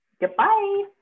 Goodbye